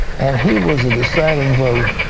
and he was the deciding vote,